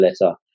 letter